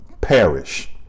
perish